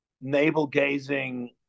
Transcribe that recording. navel-gazing